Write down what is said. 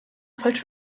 falsch